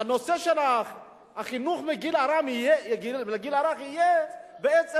הנושא של החינוך מהגיל הרך יהיה בעצם